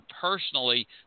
personally